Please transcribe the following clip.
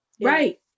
Right